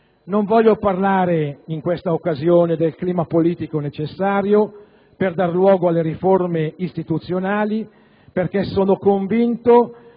Non voglio parlare in questa occasione del clima politico necessario per dare luogo alle riforme istituzionali, perché sono convinto